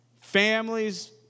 families